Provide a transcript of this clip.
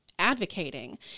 advocating